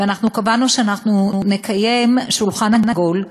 וקבענו שנקיים שולחן עגול,